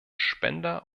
spender